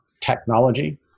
technology